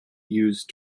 used